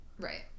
Right